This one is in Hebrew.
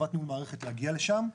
חברת ניהול מערכת להגיע לשם.